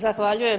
Zahvaljujem.